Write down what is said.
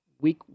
week